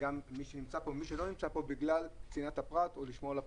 מי שנמצא פה ומי שלא נמצא פה בגלל צנעת הפרט או לשמור על הפרטיות.